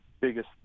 biggest –